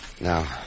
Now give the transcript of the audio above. Now